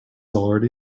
already